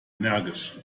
energisch